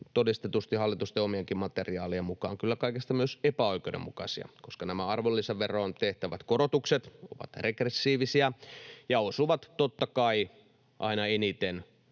todistetusti hallituksen omienkin materiaalien mukaan kyllä myös epäoikeudenmukaisia, koska nämä arvonlisäveroon tehtävät korotukset ovat regressiivisiä ja osuvat, totta kai, aina eniten